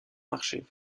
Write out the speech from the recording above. marché